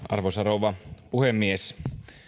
arvoisa rouva puhemies